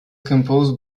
composed